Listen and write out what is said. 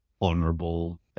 honorable